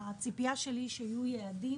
הציפייה שלי היא שגם יהיו יעדים.